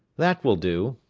that will do,